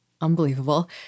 Unbelievable